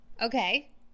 Okay